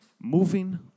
moving